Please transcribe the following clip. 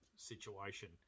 Situation